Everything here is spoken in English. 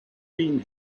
been